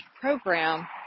program